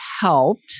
helped